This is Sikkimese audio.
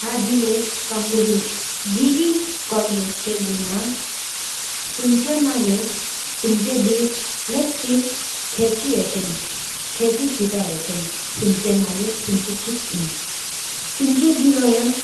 ཐ་དེ་ལེའུ་ཀུང་ཀ་རུ་དེ་ཀོར་ལེ་ཡུ་དེམ་ཆ་ ན་ལས་དེམ་ཆེ་ལེཔ་ཏི་ཟ་ཆི་ཧེཀ་ཨེན་གཅི་མི་ཆོས་ཡག་འཚར། དེམ་ཆེ། འག་ལོ་ཡག་མན་དབའ་མན་དབའ་ཀེ་ཇི་སྤྱེད་འི་འཚོ་ཡོག་འབོ་ཏི་ཟ་འཚོ་ཡོད།།